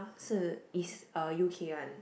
是 it's uh U_K one